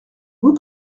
vous